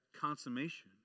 consummation